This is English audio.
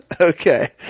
Okay